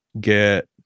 get